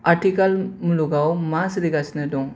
आथिखाल मुलुगाव मा सोलिगासिनो दं